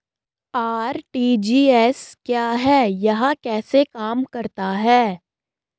RTGS क्या है यह कैसे काम करता है?